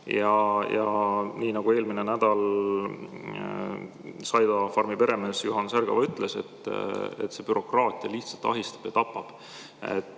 Ja nii nagu eelmine nädal Saidafarmi peremees Juhan Särgava ütles, see bürokraatia lihtsalt ahistab ja tapab.